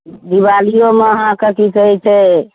दिवालिओमे अहाँके की कहैत छै